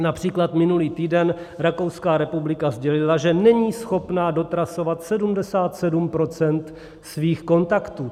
Například minulý týden Rakouská republika sdělila, že není schopna dotrasovat 77 % svých kontaktů.